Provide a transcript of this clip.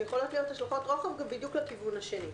שיכולות להיות השלכות רוחב גם בדיוק לכיוון השני.